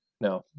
No